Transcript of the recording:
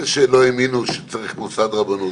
יש את אלה שלא האמינו שצריך מוסד רבנות,